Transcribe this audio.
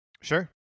Sure